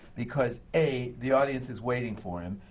because a, the audience is waiting for him.